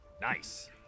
nice